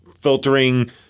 filtering